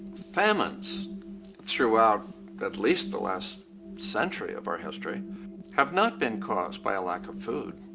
famines throughout at least the last century of our history have not been caused by a lack of food.